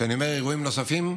כשאני אומר "אירועים נוספים"